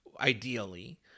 ideally